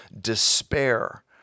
despair